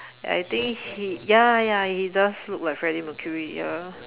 I think he ya ya he does look like Freddie-Mercury ya